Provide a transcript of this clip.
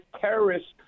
terrorists